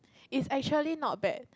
it actually not bad